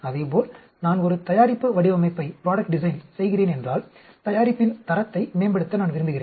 அதேபோல் நான் ஒரு தயாரிப்பு வடிவமைப்பைச் செய்கிறேன் என்றால் தயாரிப்பின் தரத்தை மேம்படுத்த நான் விரும்புகிறேன்